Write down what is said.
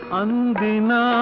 andina